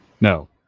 No